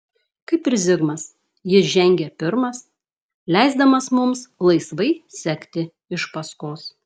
kaip ir zigmas jis žengė pirmas leisdamas mums laisvai sekti iš paskos